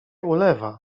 ulewa